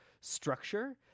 structure